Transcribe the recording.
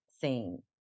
scene